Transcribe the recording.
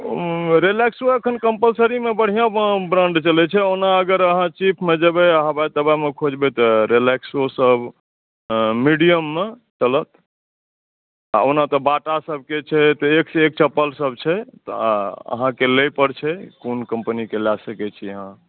सभके छै एकसँ एक चप्पलसभ छै अहाँके लय पर छै क़ोन कम्पनीके लए सकैत छियै